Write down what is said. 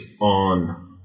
on